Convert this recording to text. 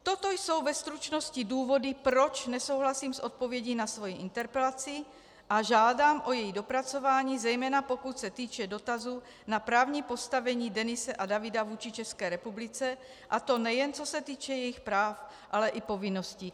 Toto jsou ve stručnosti důvody, proč nesouhlasím s odpovědí na svoji interpelaci a žádám o její dopracování, zejména pokud se týče dotazu na právní postavení Denise a Davida vůči České republice, a to nejen co se týče jejich práv, ale i povinností.